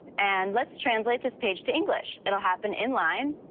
and let's translate this page to english. it'll happen inline.